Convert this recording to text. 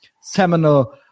seminal